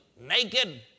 naked